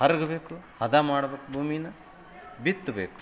ಹರಗ್ಬೇಕು ಹದ ಮಾಡ್ಬೇಕು ಭೂಮೀನ ಬಿತ್ತಬೇಕು